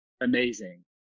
amazing